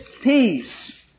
peace